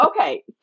Okay